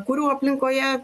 kurių aplinkoje